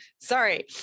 Sorry